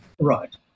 Right